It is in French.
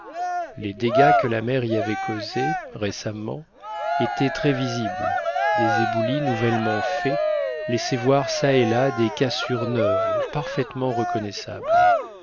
les dégâts que la mer y avait causés récemment étaient très visibles des éboulis nouvellement faits laissaient voir çà et là des cassures neuves parfaitement reconnaissables